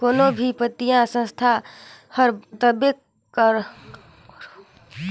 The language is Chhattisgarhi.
कोनो भी बित्तीय संस्था हर तबे काकरो बिजनेस में पइसा लगाए बर सोंचथे जेहर आम कंपनी मन ले अलगे होए